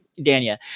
danya